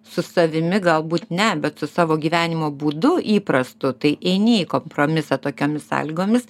su savimi galbūt ne bet su savo gyvenimo būdu įprastu tai eini į kompromisą tokiomis sąlygomis